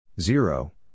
Zero